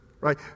Right